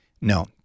No